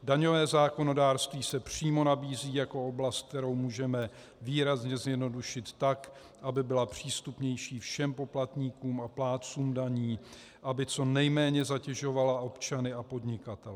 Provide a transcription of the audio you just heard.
Daňové zákonodárství se přímo nabízí jako oblast, kterou můžeme výrazně zjednodušit tak, aby byla přístupnější všem poplatníkům a plátcům daní, aby co nejméně zatěžovala občany a podnikatele.